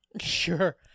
Sure